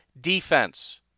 defense